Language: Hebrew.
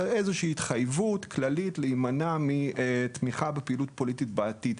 אלא לאיזושהי התחייבות כללית להימנע מתמיכה בפעילות פוליטית בעתיד.